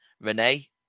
Renee